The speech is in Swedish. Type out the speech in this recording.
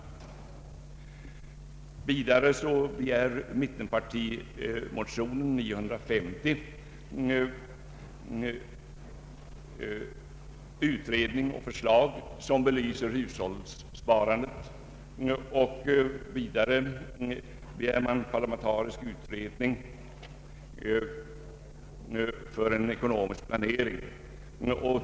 Ytterligare begärs i mittenpartimotionen utredning och förslag i syfte att belysa hushållssparandet och vidare en parlamentarisk utredning med uppgift att utarbeta riktlinjer för en ekonomisk planering.